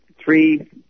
three